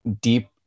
deep